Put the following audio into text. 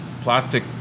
plastic